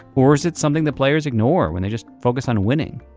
or is it something that players ignore when they just focus on winning?